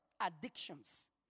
addictions